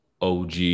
OG